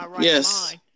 Yes